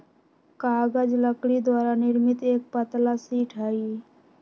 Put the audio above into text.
कागज लकड़ी द्वारा निर्मित एक पतला शीट हई